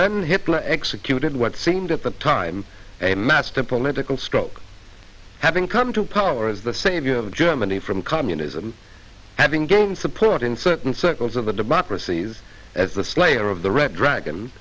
then hitler executed what seemed at the time a master political stroke having come to power as the savior of germany from communism having game support in certain circles of the democracies as the slayer of the red dragon